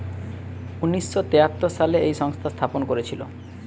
উনিশ শ তেয়াত্তর সালে এই সংস্থা স্থাপন করেছিল